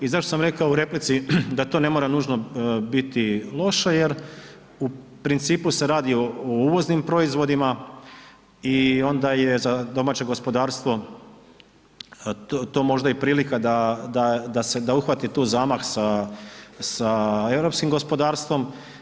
I zašto sam rekao u replici da to ne mora nužno biti loše jer u principu se radi o uvoznim proizvodima i onda je za domaće gospodarstvo to možda i prilika da, da, da se, da uhvati tu zamah sa, sa europskim gospodarstvom.